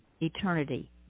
eternity